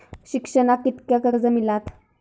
शिक्षणाक कीतक्या कर्ज मिलात?